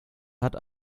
hat